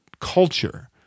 culture